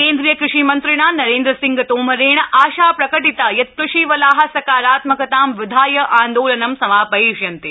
केन्द्रीय कृषि मन्त्रिणा नरेन्द्र सिंह तोमरेण आशा प्रकटिता यत् कृषिवला सकारात्मकतां विधाय आन्दोलनं समा यिष्यन्ते